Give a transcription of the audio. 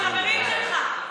החברים שלך,